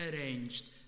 Arranged